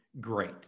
great